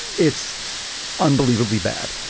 it's unbelievably bad,